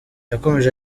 yakomeje